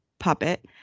puppet